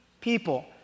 people